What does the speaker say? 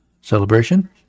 celebration